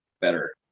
better